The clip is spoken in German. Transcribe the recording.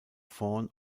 vorn